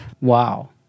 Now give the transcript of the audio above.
Wow